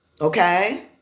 Okay